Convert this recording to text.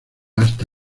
hasta